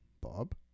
Bob